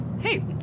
Hey